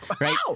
Right